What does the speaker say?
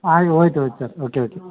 ಆಗಿ ಹೋಯ್ತ್ ಹೋಯ್ತ್ ಸರ್ ಓಕೆ ಓಕೆ